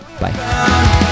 bye